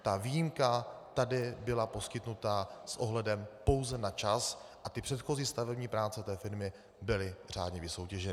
Ta výjimka tady byla poskytnuta s ohledem pouze na čas a ty předchozí stavební práce té firmy byly řádně vysoutěženy.